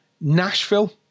Nashville